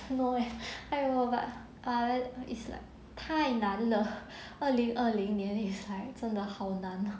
I don't know leh I don't know but I is like 太难了二零二零年 is like 真的好难 ah